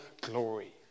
glory